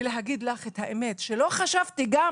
ולהגיד לך את האמת, חשבתי גם